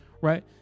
right